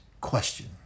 question